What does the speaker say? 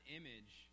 image